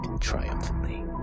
triumphantly